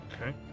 Okay